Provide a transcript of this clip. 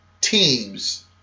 teams